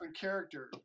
character